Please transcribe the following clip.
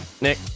Nick